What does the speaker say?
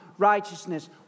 Righteousness